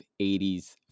80s